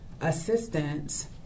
assistance